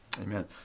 Amen